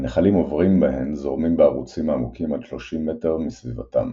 הנחלים העוברים בהן זורמים בערוצים העמוקים עד 30 מטר מסביבתם,